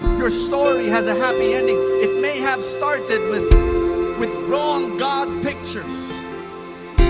your story has a happy ending. it may have started with with wrong god pictures